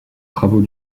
travaux